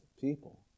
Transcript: people